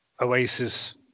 oasis